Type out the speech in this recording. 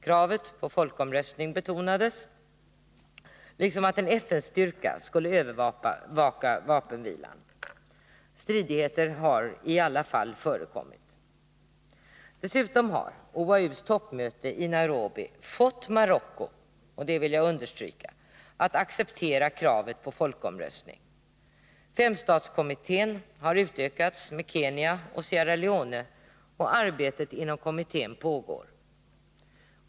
Kravet på folkomröstning betonades, liksom kravet att en FN-styrka skulle övervaka vapenvilan. Stridigheter har i alla fall förekommit. Dessutom har OAU:s toppmöte i Nairobi fått Marocko —- och det vill jag understryka — att acceptera kravet på folkomröstning. Femstatskommittén har utökats med Kenya och Sierra Leone, och arbetet inom kommittén pågår.